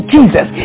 Jesus